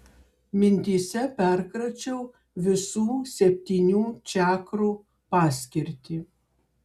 mintyse perkračiau visų septynių čakrų paskirtį